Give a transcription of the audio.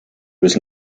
was